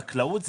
החקלאות,